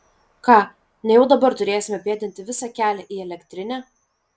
ką nejau dabar turėsime pėdinti visą kelią į elektrinę